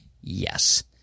Yes